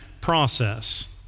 process